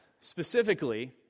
specifically